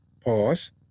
Pause